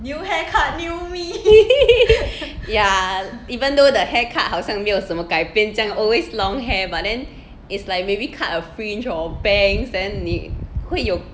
yeah even though the hair cut 好像没有什么改变这样 always long hair but then is like maybe cut a fringe or bangs then 你会有